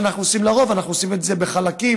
לרוב אנחנו עושים את זה בחלקים,